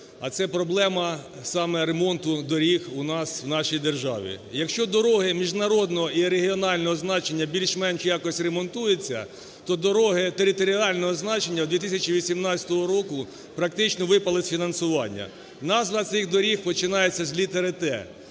а це проблема саме ремонту доріг у нас в нашій державі. Якщо дороги міжнародного і регіонального значення більш-менш якось ремонтуються, то дороги територіального значення в 2018 року практично випали з фінансування. Назва цих доріг починається з літери "Т".